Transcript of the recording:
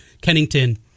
Kennington